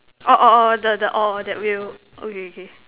orh orh orh the the orh that wheel okay okay